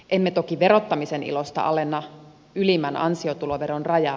emme toki verottamisen ilosta alenna ylimmän ansiotuloveron rajaa